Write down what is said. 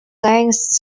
thanks